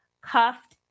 Cuffed